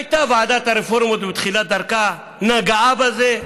הייתה ועדת הרפורמות בתחילת דרכה, נגעה בזה,